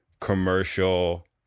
commercial